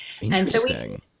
Interesting